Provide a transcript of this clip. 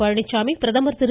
பழனிச்சாமி பிரதமர் திரு